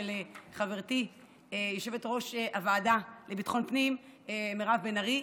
של חברתי יושבת-ראש הוועדה לביטחון פנים מירב בן ארי.